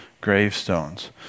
gravestones